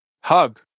Hug